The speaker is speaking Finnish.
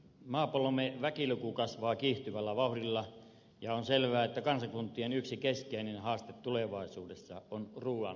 maapallomme väkiluku kasvaa kiihtyvällä vauhdilla ja on selvää että kansakuntien yksi keskeinen haaste tulevaisuudessa on ruuan riittävyys